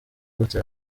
gute